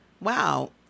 wow